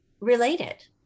related